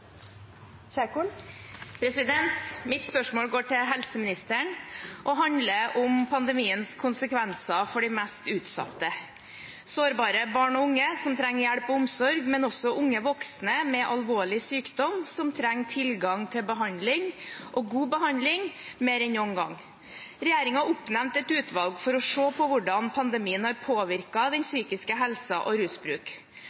Mitt spørsmål går til helseministeren og handler om pandemiens konsekvenser for de mest utsatte, sårbare barn og unge som trenger hjelp og omsorg, men også unge voksne med alvorlig sykdom som trenger tilgang til behandling – og god behandling – mer enn noen gang. Regjeringen oppnevnte et utvalg for å se på hvordan pandemien har påvirket den